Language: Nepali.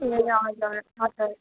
ए हजुर हजुर